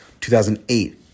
2008